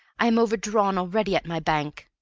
i am overdrawn already at my bank!